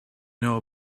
know